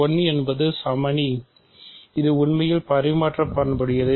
1 என்பது சமணி இது உண்மையில் பரிமாற்ற பண்புடையது